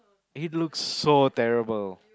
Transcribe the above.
it looks so terrible